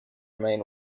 remain